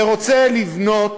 ורוצה לבנות,